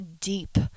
deep